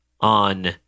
on